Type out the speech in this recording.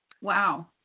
Wow